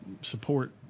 support